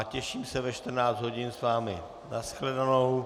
Těším se ve 14 hodin s vámi na shledanou.